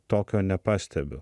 tokio nepastebiu